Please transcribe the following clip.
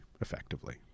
effectively